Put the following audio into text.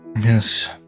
Yes